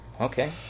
Okay